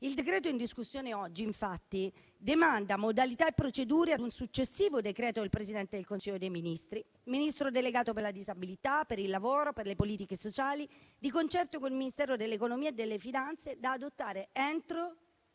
Il decreto in discussione oggi, infatti, demanda l'individuazione di modalità e procedure a un successivo decreto del Presidente del Consiglio dei ministri, del Ministro delegato per la disabilità, del Ministro del lavoro e delle politiche sociali, di concerto con il Ministro dell'economia e delle finanze da adottare entro